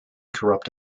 corrupt